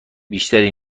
بیشتری